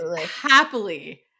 happily